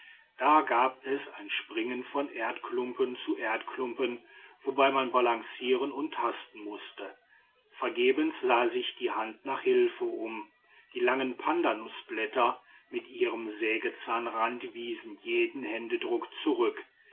da gab es ein springen von erdklumpen zu erdklumpen wobei man balancieren und tasten mußte vergebens sah sich die hand nach hilfe um die langen pandanusblätter mit ihrem sägezahnrand wiesen jeden händedruck zurück